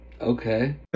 Okay